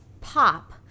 pop